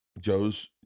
joe's